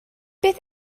beth